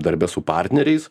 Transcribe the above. darbe su partneriais